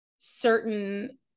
certain